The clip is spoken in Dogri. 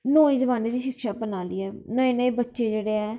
नयें जमानै दी जेह्ड़ी शिक्षा प्रणाली ऐ नयें नयें बच्चे जेह्ड़े ऐ